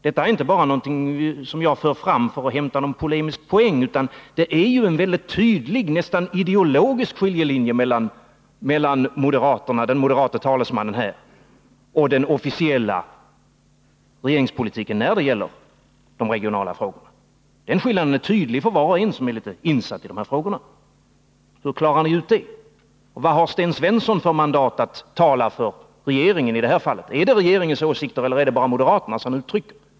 Detta är inte bara något som jag för fram för att hämta en polemisk poäng, utan det är en väldigt tydlig, nästan ideologisk skiljelinje mellan den moderate talesmannen här och den officiella regeringspolitiken när det gäller de regionala frågorna. Den skillnaden är tydlig för var och en som är litet insatt i de här frågorna. Hur klarar ni ut det? Och vad har Sten Svensson för mandat att tala för regeringen i det här fallet? Är det regeringens åsikter eller bara moderaternas han uttrycker?